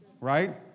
right